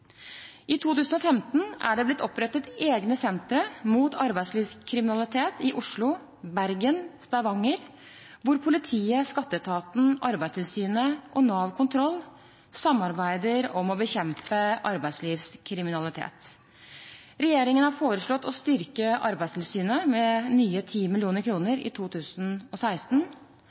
I 2015 er det blitt opprettet egne sentre mot arbeidslivskriminalitet i Oslo, Bergen og Stavanger, hvor politiet, skatteetaten, Arbeidstilsynet og Nav Kontroll samarbeider om å bekjempe arbeidslivskriminalitet. Regjeringen har foreslått å styrke Arbeidstilsynet med nye